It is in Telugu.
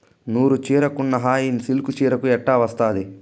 నూరు చీరకున్న హాయి సిల్కు చీరకు ఎట్టా వస్తాది